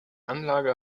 anlage